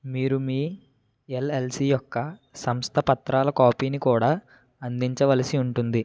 మీరు మీ ఎల్ఎల్సి యొక్క సంస్థ పత్రాల కాపీని కూడా అందించవలసి ఉంటుంది